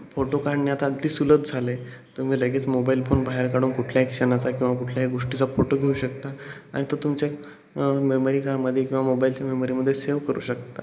photo काढणे आता अगदी सुलभ झाले आहे तुम्ही लगेच मोबाईल फोन बाहेर काढून कुठल्याही क्षणाचा किंवा कुठल्याही गोष्टीचा फोटो घेऊ शकता आणि तो तुमच्या मेमरी कार्डमध्ये किंवा मोबाईलच्या मेमरीमध्ये सेव्ह करू शकता